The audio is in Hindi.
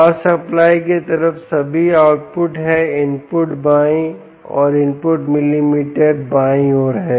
पावर सप्लाई के तरफ सभी आउटपुट हैं इनपुट बाईं ओर इनपुट मल्टीमीटर बाईं ओर हैं